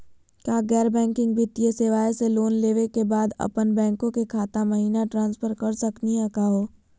का गैर बैंकिंग वित्तीय सेवाएं स लोन लेवै के बाद अपन बैंको के खाता महिना ट्रांसफर कर सकनी का हो?